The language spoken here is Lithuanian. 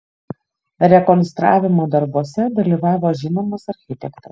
rekonstravimo darbuose dalyvavo žinomas architektas